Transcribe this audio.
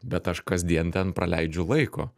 bet aš kasdien ten praleidžiu laiko